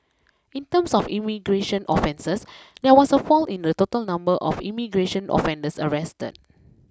in terms of immigration offences there was a fall in the total number of immigration offenders arrested